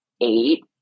eight